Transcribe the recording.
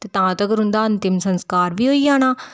ते तां तगर उं'दा अंतिम संस्कार बी होई जाना